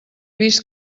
vist